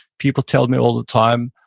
people tell me all the time,